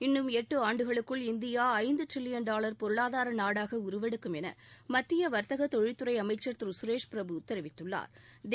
இன்னும் எட்டு ஆண்டுகளுக்குள் இந்தியா ஐந்து ட்ரிலியன் டால் பொருளாதார நாடாக உருவெடுக்கும் என மத்திய வா்த்தக தொழில்துறை அமைச்சா் திரு சுரேஷ் பிரபு தெரிவித்துள்ளாா்